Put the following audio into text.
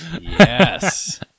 Yes